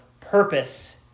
purpose